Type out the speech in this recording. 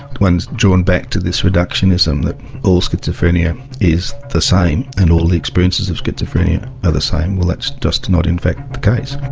one's drawn back to this reductionism that all schizophrenia is the same and all the experiences of schizophrenia are the same. well that's just not in fact the case.